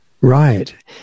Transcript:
right